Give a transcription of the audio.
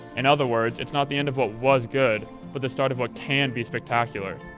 in other words, it's not the end of what was good but the start of what can be spectacular.